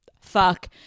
fuck